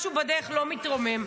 משהו בדרך לא מתרומם.